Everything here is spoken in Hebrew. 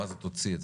מה זה הוציא את זה?